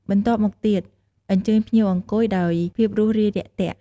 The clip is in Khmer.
បន្ទាប់មកទៀតអញ្ជើញភ្ញៀវអង្គុយដោយភាពរួសរាយរាក់ទាក់។